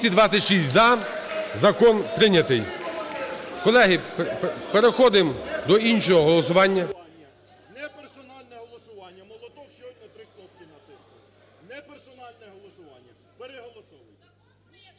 За-226 Закон прийнятий. Колеги, переходимо до іншого голосування.